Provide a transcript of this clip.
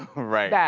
right, yeah